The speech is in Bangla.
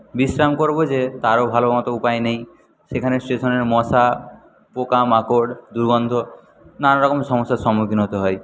বিশ্রাম করব যে তারও ভালো মতো উপায় নেই সেখানে স্টেশনের মশা পোকামাকড় দুর্গন্ধ নানা রকম সমস্যার সম্মুখীন হতে হয়